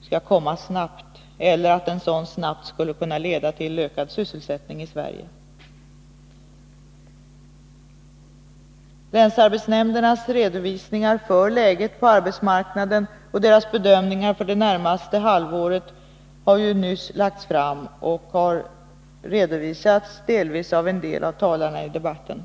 skall komma snabbt eller att en sådan snabbt kan leda till ökad sysselsättning i Sverige. Länsarbetsnämndernas redovisningar för läget på arbetsmarknaden och deras bedömningar för det närmaste halvåret har nyss lagts fram och redovisats delvis av en del av talarna i debatten.